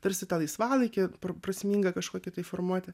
tarsi tą laisvalaikį prasminga kažkokį tai formuoti